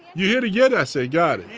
you here to get us? ah yeah